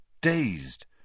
dazed